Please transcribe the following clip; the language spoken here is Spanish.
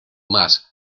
más